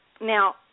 now